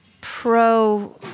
pro